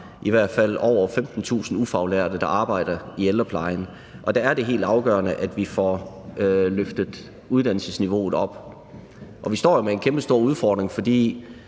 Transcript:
i hvert fald over 15.000 ufaglærte, der arbejder i ældreplejen, og der er det helt afgørende, at vi får løftet uddannelsesniveauet. Vi står jo med en kæmpestor udfordring. FOA